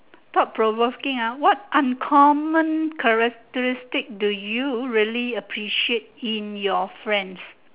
thought provoking ah what uncommon characteristic do you really appreciate in your friends